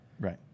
right